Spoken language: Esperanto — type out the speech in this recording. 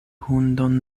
hundon